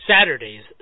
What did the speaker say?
Saturdays